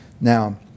Now